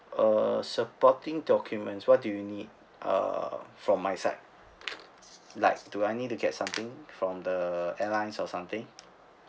err supporting documents what do you need uh from my side like do I need to get something from the airlines or something